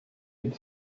had